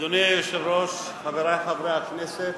אדוני היושב-ראש, חברי חברי הכנסת,